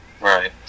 Right